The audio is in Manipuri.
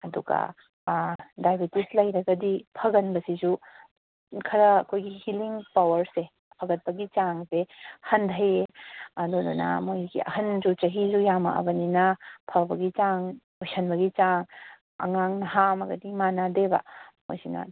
ꯑꯗꯨꯒ ꯑꯥ ꯗꯥꯏꯕꯦꯇꯤꯁ ꯂꯩꯔꯒꯗꯤ ꯐꯒꯟꯕꯁꯤꯁꯨ ꯈꯔ ꯑꯩꯈꯣꯏꯒꯤ ꯍꯤꯂꯤꯡ ꯄꯥꯋꯥꯔꯁꯦ ꯐꯒꯠꯄꯒꯤ ꯆꯥꯡꯁꯦ ꯍꯟꯗꯩꯌꯦ ꯑꯗꯨꯗꯨꯅ ꯃꯣꯏꯒꯤ ꯑꯍꯟꯁꯨ ꯆꯍꯤꯁꯨ ꯌꯥꯝꯃꯛꯂꯕꯅꯤꯅ ꯐꯕꯒꯤ ꯆꯥꯡ ꯑꯣꯏꯁꯤꯟꯕꯒꯤ ꯆꯥꯡ ꯑꯉꯥꯡ ꯅꯍꯥ ꯑꯃꯒꯗꯤ ꯃꯥꯟꯅꯗꯦꯕ ꯃꯣꯏꯁꯤꯅ